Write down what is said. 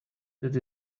that